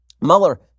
Mueller